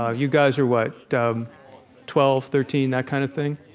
ah you guys are, what, um twelve, thirteen, that kind of thing?